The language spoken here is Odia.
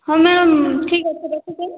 ହଁ ମ୍ୟାମ ଠିକ ଅଛେ ରଖୁଛେ